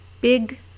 big